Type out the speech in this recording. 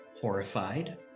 horrified